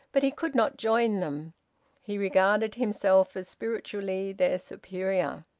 but he could not join them he regarded himself as spiritually their superior.